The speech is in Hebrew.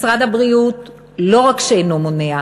משרד הבריאות לא רק שאינו מונע,